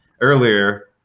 earlier